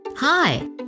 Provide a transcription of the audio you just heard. Hi